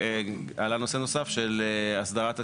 ועלה נושא נוסף של אסדרת --- אגב,